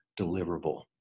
deliverable